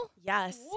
Yes